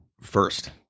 first